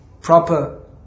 proper